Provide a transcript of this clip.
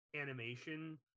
animation